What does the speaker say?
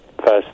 first